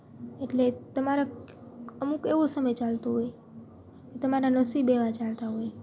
એટલે તમારા અમુક એવો સમય ચાલતો હોય કે તમારા નસીબ એવા ચાલતા હોય